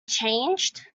changed